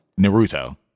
Naruto